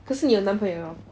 可是你有男朋友了